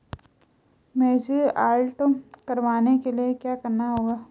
Message alert करवाने के लिए क्या करना होगा?